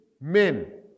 men